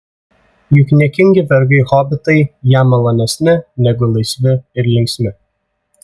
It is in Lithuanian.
juk niekingi vergai hobitai jam malonesni negu laisvi ir linksmi